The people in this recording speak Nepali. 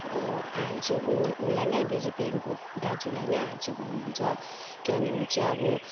हाल्छु उन उसलाई नै बिजिपिएमको दाजुलाई नै हाल्छु भन्नुहुन्छ किनभने ऊ चाहिँ अब